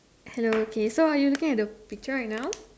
hello okay so are you looking at the picture right now